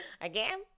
again